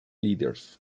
leaders